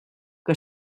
que